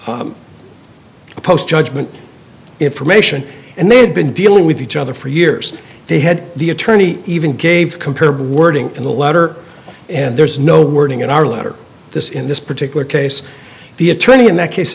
post judgment information and they had been dealing with each other for years they had the attorney even gave comparable wording in the letter and there is no wording in our letter this in this particular case the attorney in that case